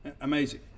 Amazing